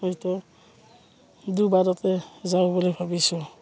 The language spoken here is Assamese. হয়তো দুবাটতে যাওঁ বুলি ভাবিছোঁ